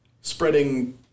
spreading